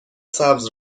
سبز